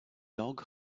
dog